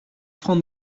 francs